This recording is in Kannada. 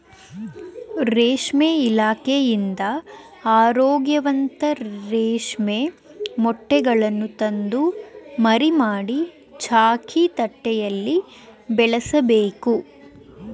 ರೇಷ್ಮೆ ಇಲಾಖೆಯಿಂದ ಆರೋಗ್ಯವಂತ ರೇಷ್ಮೆ ಮೊಟ್ಟೆಗಳನ್ನು ತಂದು ಮರಿ ಮಾಡಿ, ಚಾಕಿ ತಟ್ಟೆಯಲ್ಲಿ ಬೆಳೆಸಬೇಕು